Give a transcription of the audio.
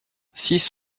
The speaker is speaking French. six